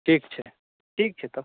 ठीक छै ठीक छै तऽ